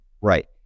right